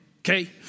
Okay